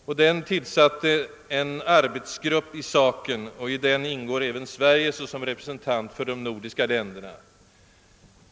Denna styrelse tillsatte en arbetsgrupp i saken, där även Sverige såsom representant för de nordiska länderna ingår.